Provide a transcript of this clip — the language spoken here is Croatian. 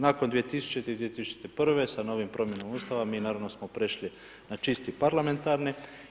Nakon 2000. i 2001. sa novim promjenom Ustava, mi naravno smo prešli na čisti parlamentarni.